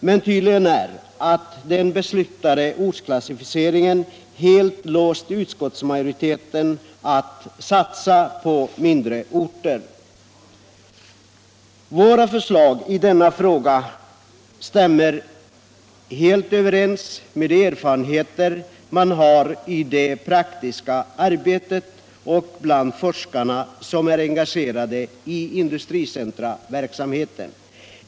Men tydligt är att den beslutade ortsklassificeringen helt låst utskottsmajoriteten att inte satsa på mindre orter. Våra förslag i denna fråga stämmer helt överens med erfarenheterna från det praktiska arbetet och bland de forskare som är engagerade i industricentrumverksamheten.